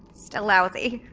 still lousy,